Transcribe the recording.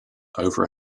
over